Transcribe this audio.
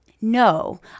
No